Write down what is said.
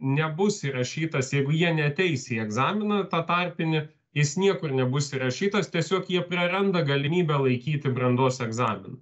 nebus įrašytas jeigu jie neateis į egzaminą tą tarpinį jis niekur nebus įrašytas tiesiog jie praranda galimybę laikyti brandos egzaminą